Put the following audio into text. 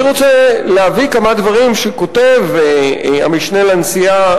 אני רוצה להביא כמה דברים שכותב המשנה לנשיאה,